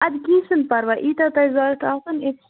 اَدٕ کیٚنٛہہ چھُنہٕ پَرواے ییٖتیٛاہ تۄہہِ ضروٗرت آسَن ییٚتہِ